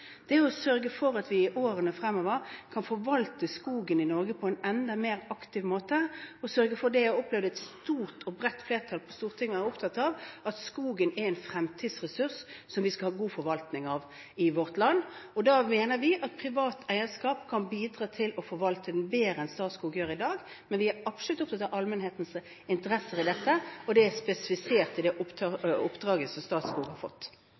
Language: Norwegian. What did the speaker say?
Det handler om å sørge for at vi i årene fremover kan forvalte skogen i Norge på en enda mer aktiv måte, og sørge for det jeg opplever at et stort og bredt flertall her på Stortinget er opptatt av: at skogen er en fremtidsressurs som vi skal ha god forvaltning av i vårt land. Da mener vi at privat eierskap kan bidra til å forvalte den bedre enn hva Statskog gjør i dag, men vi er absolutt opptatt av allmennhetens interesser i dette, og det er spesifisert i det oppdraget som Statskog har fått.